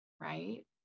right